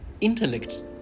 Intellect